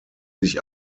sich